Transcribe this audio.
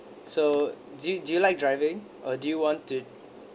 so do you do you like driving or do you want to